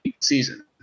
season